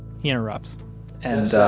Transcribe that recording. he interrupts that